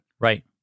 Right